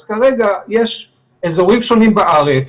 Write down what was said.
אז כרגע יש אזורים שונים בארץ,